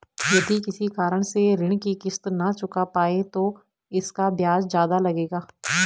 यदि किसी कारण से ऋण की किश्त न चुका पाये तो इसका ब्याज ज़्यादा लगेगा?